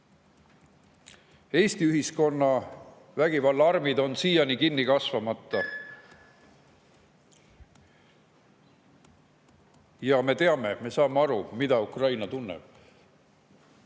Eesti ühiskonna vägivallaarmid on siiani kinni kasvamata. Me teame, me saame aru, mida Ukraina tunneb.